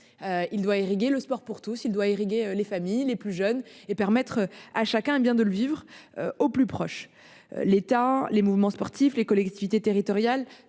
Il doit irriguer le sport pour tous, il doit irriguer les familles les plus jeunes et permettre à chacun est bien de le vivre au plus proche. L'état les mouvements sportifs, les collectivités territoriales,